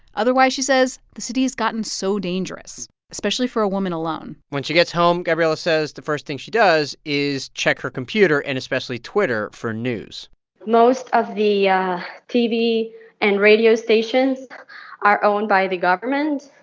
otherwise, she says, the city has gotten so dangerous, especially for a woman alone when she gets home, gabriela says the first thing she does is check her computer, and especially twitter, for news most of the yeah tv and radio stations are owned by the government,